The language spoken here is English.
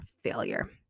failure